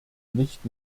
nicht